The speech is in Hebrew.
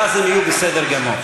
ואז הם יהיו בסדר גמור.